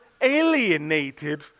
alienated